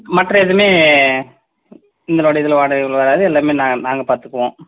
மற்ற எதுவுமே உங்களோட இதில் வாடகை இதில் வராது எல்லாம் நாங்க நாங்கள் பார்த்துக்குவோம்